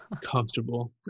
Comfortable